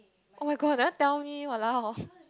oh-my-god never tell me !walao!